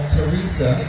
Teresa